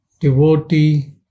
devotee